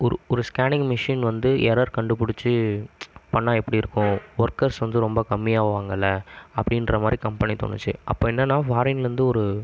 ஒரு ஒரு scanning machine வந்து எரர் கண்டுபிடுச்சு பண்ணிணா எப்படி இருக்கும் ஒர்க்கர்ஸ் வந்து ரொம்ப கம்மி ஆகுவாங்கள்ல அப்படின்ற மாதிரி கம்பெனிக்கு தோணுச்சு அப்போ என்னென்னா ஃபாரின்லேருந்து ஒரு